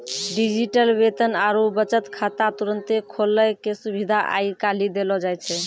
digital वेतन आरु बचत खाता तुरन्ते खोलै के सुविधा आइ काल्हि देलो जाय छै